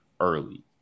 early